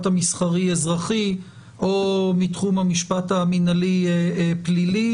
המסחרי אזרחי או מתחום המשפט המינהלי פלילי,